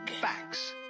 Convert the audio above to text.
facts